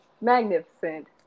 magnificent